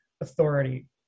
authority